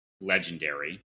legendary